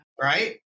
Right